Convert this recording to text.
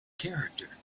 character